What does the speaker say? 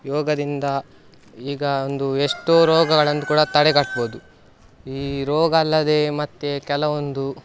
ಯೋಗದಿಂದ ಈಗ ಒಂದು ಎಷ್ಟೋ ರೋಗಗಳನ್ನು ಕೂಡ ತಡೆಗಟ್ಬೋದು ಈ ರೋಗವಲ್ಲದೆ ಮತ್ತು ಕೆಲವೊಂದು